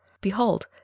Behold